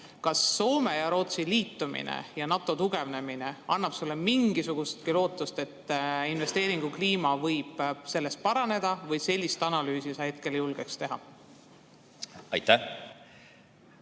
kas Soome ja Rootsi liitumine ja NATO tugevnemine annab sulle mingisugustki lootust, et investeeringukliima võib sellest paraneda? Või sellist analüüsi sa hetkel ei julgeks teha? Aitäh!